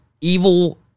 evil